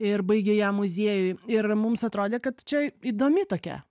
ir baigė ją muziejuj ir mums atrodė kad čia įdomi tokia